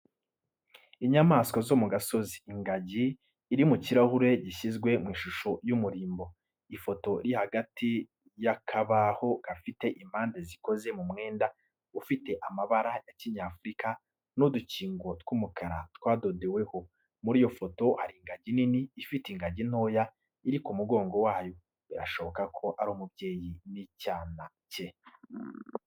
Inyamaswa zo mu gasozi. Ingagi iri mu kirahure gishyizwe mu ishusho y’umurimbo. Ifoto iri hagati y’akabaho gafite impande zikoze mu mwenda ufite amabara ya kinyafurika n’udukingo tw’umukara twadodeweho. Muri iyo foto, hari ingagi nini ifite ingagi ntoya iri ku mugongo wayo, birashoboka ko ari umubyeyi n’icyana cye .